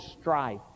strife